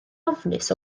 ofnus